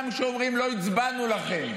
גם כשהן אומרות: לא הצבענו לכם,